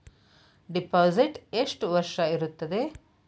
Deposit ಎಷ್ಟು ವರ್ಷ ಇರುತ್ತದೆ?